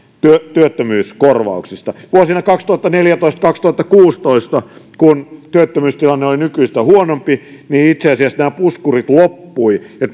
työttömyyskorvauksista vuosina kaksituhattaneljätoista viiva kaksituhattakuusitoista kun työttömyystilanne oli nykyistä huonompi itse asiassa nämä puskurit loppuivat ja